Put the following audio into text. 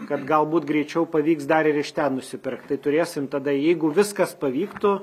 kad galbūt greičiau pavyks dar ir iš ten nusipirkt tai turėsim tada jeigu viskas pavyktų